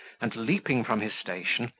and, leaping from his station,